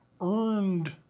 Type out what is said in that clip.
earned